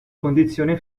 condizione